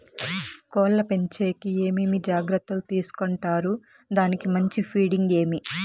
కోళ్ల పెంచేకి ఏమేమి జాగ్రత్తలు తీసుకొంటారు? దానికి మంచి ఫీడింగ్ ఏమి?